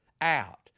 out